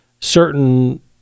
certain